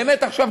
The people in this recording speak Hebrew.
באמת עכשיו,